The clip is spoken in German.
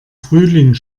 frühling